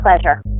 pleasure